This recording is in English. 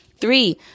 Three